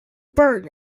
burned